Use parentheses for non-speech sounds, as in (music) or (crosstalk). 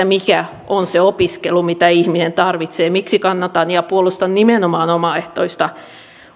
(unintelligible) mikä on se opiskelu mitä ihminen tarvitsee ja miksi kannatan ja puolustan nimenomaan omaehtoista